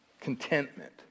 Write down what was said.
contentment